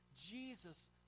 Jesus